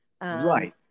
right